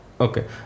Okay